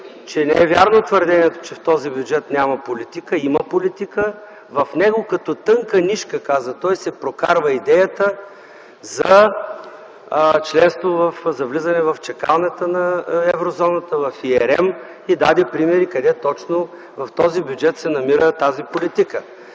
че не е вярно твърдението, че в този бюджет няма политика. Има политика. В него като тънка нишка, каза той, се прокарва идеята за влизане в чакалнята на Еврозоната, в ИРМ и даде примери къде точно в този бюджет се намира тази политика.